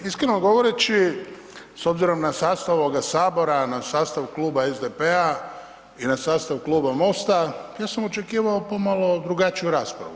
Iskreno govoreći, s obzirom na sastav ovoga Sabora, na sastav Kluba SDP-a i na sastav Kluba MOST-a, ja sam očekivao pomalo drugačiju raspravu.